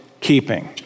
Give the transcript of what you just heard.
keeping